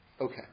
Okay